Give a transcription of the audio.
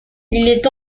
est